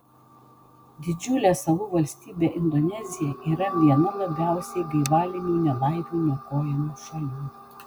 didžiulė salų valstybė indonezija yra viena labiausiai gaivalinių nelaimių niokojamų šalių